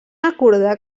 acordar